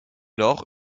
lors